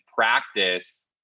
practice